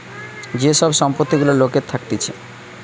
যে সব সম্পত্তি গুলা লোকের থাকতিছে